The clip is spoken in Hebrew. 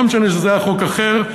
לא משנה שזה היה חוק אחר,